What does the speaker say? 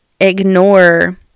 ignore